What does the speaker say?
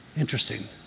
Interesting